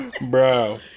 Bro